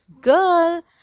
girl